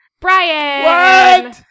Brian